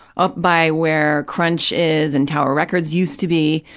up by where crunch is and tower records used to be,